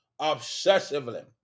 obsessively